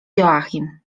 joachim